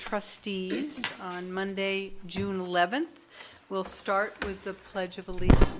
trustees on monday june eleventh we'll start with the pledge of allegiance